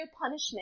punishment